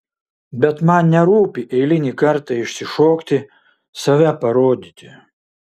bet man nerūpi eilinį kartą išsišokti save parodyti